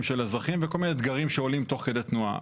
של האזרחים וכל מיני אתגרים שעולים תוך כדי תנועה,